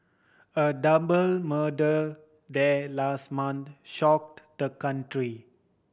a double murder there last month shocked the country